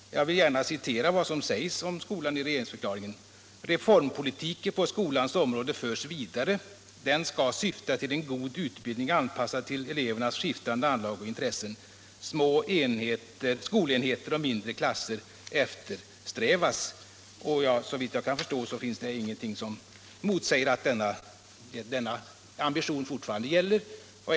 Jag vill gärna citera vad som sägs om skolan i regeringsförklaringen: ”Reformpolitiken på skolans område förs vidare. Den skall syfta till en god utbildning anpassad till elevernas skiftande anlag och intressen. Små skolenheter och mindre klasser eftersträvas.” Såvitt jag kan förstå finns det inget som motsäger att denna ambition fortfarande gäller.